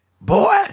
Boy